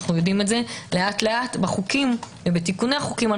אנו יודעים את זה בחוקים ובתיקוני החוקים,